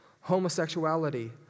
homosexuality